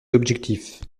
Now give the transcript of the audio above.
objectif